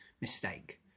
mistake